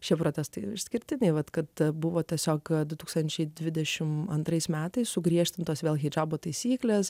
šie protestai išskirtinai vat kad buvo tiesiog du tūkstančiai dvidešim antrais metais sugriežtintos vėl hidžabo taisyklės